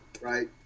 right